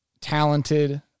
talented